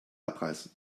abreißen